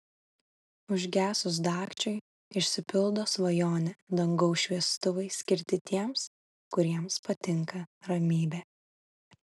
užgesus dagčiui išsipildo svajonė dangaus šviestuvai skirti tiems kuriems patinka ramybė